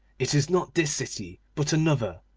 it is not this city, but another.